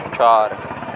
चार